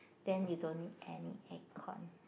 then you don't need any aircon